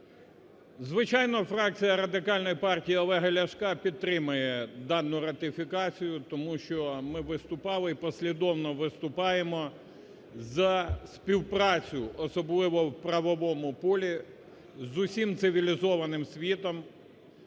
Звичайно, фракція Радикальної партії Олега Ляшка підтримає дану ратифікацію, тому що ми виступали і послідовно виступаємо за співпрацю, особливо в правовому полі, з усім цивілізованим світом